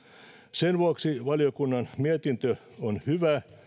sen vuoksi valiokunnan mietintö on hyvä